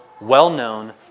well-known